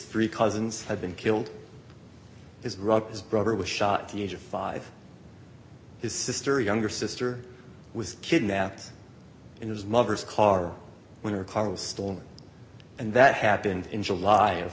three cousins have been killed his rock his brother was shot at the age of five his sister younger sister was kidnapped in his mother's car when her car was stolen and that happened in july of